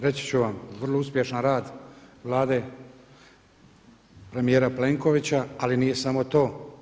Reći ću vam, vrlo uspješan rad Vlade premijera Plenkovića, ali nije samo to.